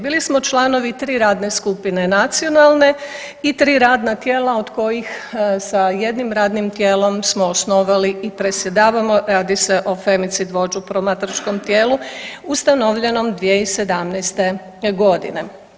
Bili smo članovi 3 radne skupine nacionalne i 3 radna tijela od kojih sa jednim radnim tijelom smo osnovali i predsjedavamo, a radi se o femicid vođu promatračkom tijelu ustanovljenom 2017.g.